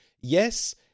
Yes